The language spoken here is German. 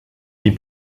die